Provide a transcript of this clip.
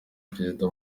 perezida